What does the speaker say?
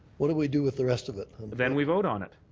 what do we do with the rest of it? then we vote on it